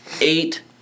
eight